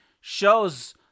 shows